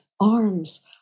arms